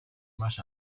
más